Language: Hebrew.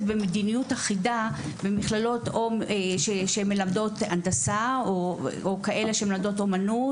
במדיניות אחידה במכללות שמלמדות הנדסה או כאלה שמלמדות אומנות,